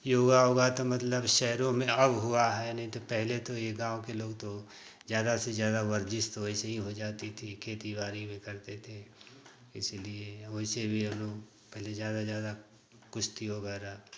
योगावोगा तो मतलब शहरों में अब हुआ है नहीं तो पहले तो ये गाँव के लोग तो ज़्यादा से ज़्यादा वर्जीश तो ऐसे ही हो जाते थे खेती बाड़ी में करते थे इसीलिए वैसे भी हम लोग पहले ज़्यादा ज़्यादा कुश्ती वगैरह